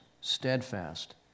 steadfast